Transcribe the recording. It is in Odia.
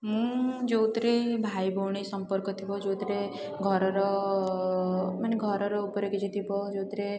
ମୁଁ ଯେଉଁଥିରେ ଭାଇ ଭଉଣୀ ସମ୍ପର୍କ ଥିବ ଯେଉଁଥିରେ ଘରର ମାନେ ଘରର ଉପରେ କିଛି ଥିବ ଯେଉଁଥିରେ